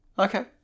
Okay